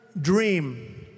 dream